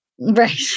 Right